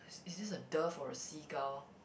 is this a dove or a seagull